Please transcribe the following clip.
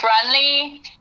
friendly